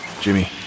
Jimmy